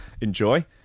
Enjoy